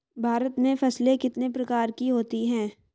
भारत में फसलें कितने प्रकार की होती हैं?